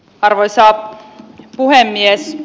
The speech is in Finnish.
arvoisa puhemies